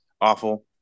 awful